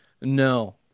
no